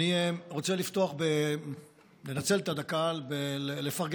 אני רוצה לפתוח ולנצל את הדקה לפרגן,